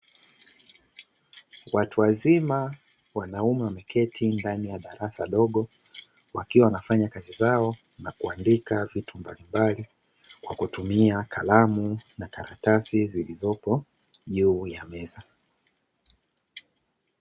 Watu wazima wanaume wameketi ndani ya darasa dogo, wakiwa wanafanya kazi zao na kuandika vitu mbalimbali, kwa kutumia kalamu na karatasi zilizopo juu ya meza.